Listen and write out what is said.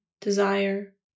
desire